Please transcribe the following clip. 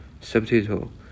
subtitle